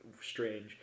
strange